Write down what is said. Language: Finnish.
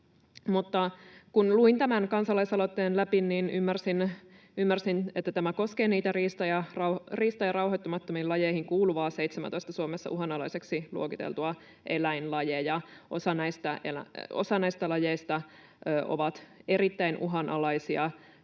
kun luin tämän kansa-laisaloitteen läpi, niin ymmärsin, että tämä koskee riista- ja rauhoittamattomiin lajeihin kuuluvaa 17:ää Suomessa uhanalaiseksi luokiteltua eläinlajia. Osa näistä lajeista on erittäin uhanalaisia